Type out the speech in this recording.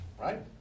right